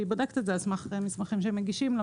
והיא בודקת את זה על סמך מסמכים שמגישים לה,